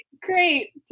great